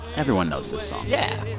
everyone knows the song yeah